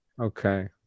okay